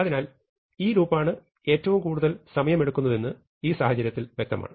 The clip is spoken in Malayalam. അതിനാൽ ഈ ലൂപ്പാണ് ഏറ്റവും കൂടുതൽ സമയം എടുക്കുന്നതെന്ന് ഈ സാഹചര്യത്തിൽ വ്യക്തമാണ്